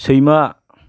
सैमा